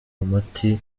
muti